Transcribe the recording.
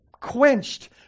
quenched